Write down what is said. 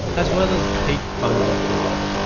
as well as peak fungal fruiting.